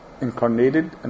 incarnated